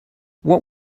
what